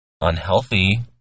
unhealthy